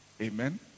Amen